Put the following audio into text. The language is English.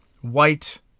white